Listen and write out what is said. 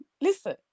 listen